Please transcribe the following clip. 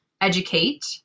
educate